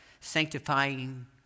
sanctifying